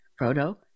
frodo